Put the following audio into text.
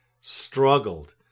struggled